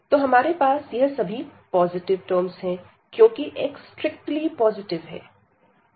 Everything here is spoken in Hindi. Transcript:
तो हमारे पास यह सभी पॉजिटिव टर्म्स है क्योंकि x स्ट्रिक्टली पॉजिटिव है